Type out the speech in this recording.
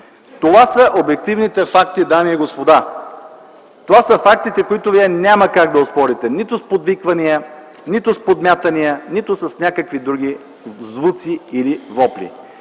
Това са фактите, дами и господа! Това са фактите, които вие няма как да оспорите – нито с подвиквания, нито с подмятания, нито с някакви други звуци или вопли,